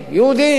יהודים.